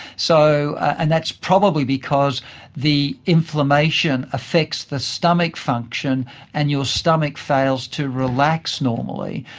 so and that's probably because the inflammation affects the stomach function and your stomach fails to relax normally.